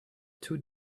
two